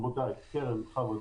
קרן, בכבוד.